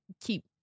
keep